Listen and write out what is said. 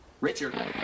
Richard